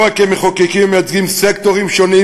לא רק כמחוקקים שמייצגים סקטורים שונים